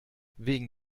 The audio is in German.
wegen